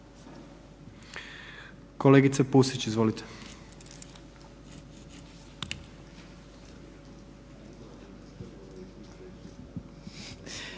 Kolegice Pusić, izvolite.